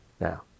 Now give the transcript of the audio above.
Now